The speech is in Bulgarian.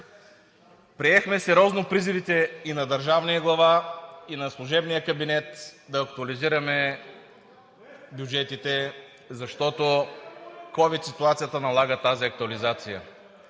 Приехме сериозно призивите и на държавния глава и на служебния кабинет да актуализираме бюджетите, защото ковид ситуацията налага тази актуализация.